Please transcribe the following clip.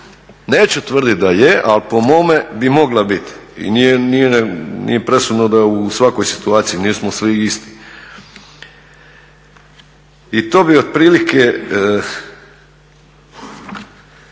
Neću tvrditi da je, ali po mome bi mogla biti i nije presudno da je u svakoj situaciji, nismo svi isti. I to bi otprilike